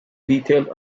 detailed